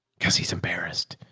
cause he's embarrassed.